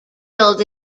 build